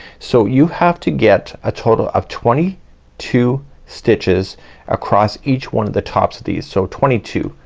so you have to get a total of twenty two stitches across each one of the tops of these so twenty two,